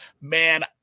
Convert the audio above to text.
man